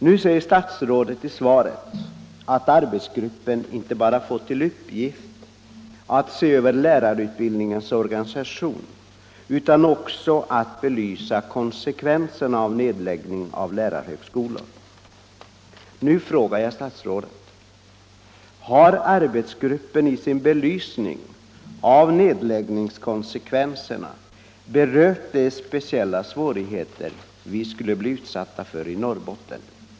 Statsrådet säger i svaret att arbetsgruppen inte bara fått till uppgift att se över lärarutbildningens organisation utan också att bevisa konsekvenserna av nedläggning av lärarhögskolan. Nu frågar jag statsrådet: Har arbetsgruppen i sin belysning av nedläggningskonsekvenserna berört de speciella svårigheter vi skulle bli utsatta för i Norrbotten?